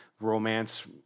romance